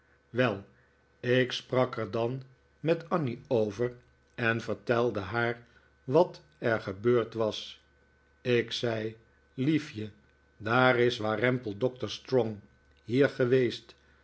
wel ik sprak er dan met annie over en vertelde haar wat er gebeurd was ik zei liefje daar is warempel doctor strong hier geweest